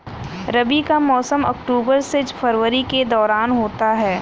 रबी का मौसम अक्टूबर से फरवरी के दौरान होता है